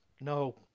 No